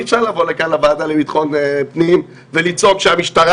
אי אפשר לבוא לוועדה לביטחון פנים ולצעוק שהמשטרה